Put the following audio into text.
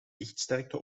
lichtsterkte